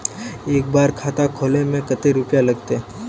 एक बार खाता खोले में कते रुपया लगते?